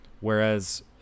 Whereas